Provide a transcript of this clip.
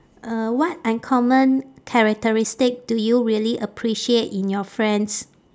uh what uncommon characteristic do you really appreciate in your friends